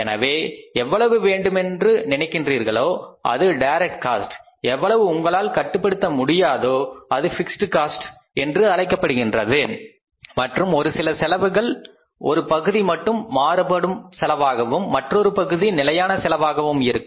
எனவே எவ்வளவு வேண்டும் என்று நினைக்கின்றீர்களோ அது டைரக்ட் காஸ்ட் எவ்வளவு உங்களால் கட்டுப்படுத்த முடியாதோ அது பிக்ஸட் காஸ்ட் என்று அழைக்கப்படுகின்றது மற்றும் ஒரு சில செலவுகள் ஒரு பகுதி மாறுபடும் செலவாகவும் மற்றொரு பகுதி நிலையான செலவாகவும் இருக்கும்